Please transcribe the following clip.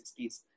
60s